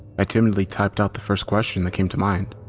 i timidly typed out the first question that came to mind.